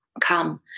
Come